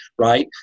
Right